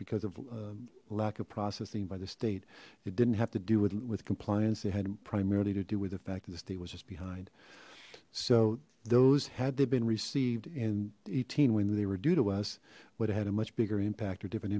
because of lack of processing by the state it didn't have to do with with compliance they had primarily to do with the fact that the state was just behind so those had they been received in eighteen when they were due to us would have had a much bigger impact or different